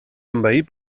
envair